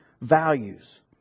values